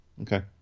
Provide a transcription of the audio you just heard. Okay